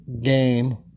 game